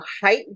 Height